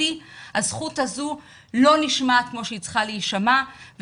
מקבינט הקורונה, מישהו ניגש אליכם לשמוע מה אתם